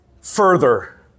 further